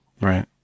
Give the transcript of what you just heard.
right